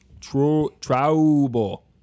Trouble